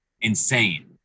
insane